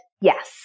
yes